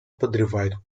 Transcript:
подрывают